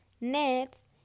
Next